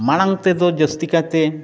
ᱢᱟᱲᱟᱝ ᱛᱮᱫᱚ ᱡᱟᱹᱥᱛᱤᱠᱟᱭᱛᱮ